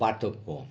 পার্থক্য